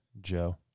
Joe